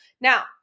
Now